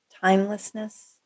timelessness